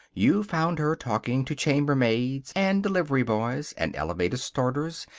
you found her talking to chambermaids and delivery boys, and elevator starters,